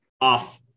off